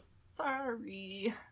sorry